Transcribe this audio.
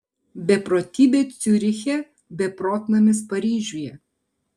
beprotybė ciuriche beprotnamis paryžiuje